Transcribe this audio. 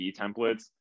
templates